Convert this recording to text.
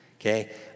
okay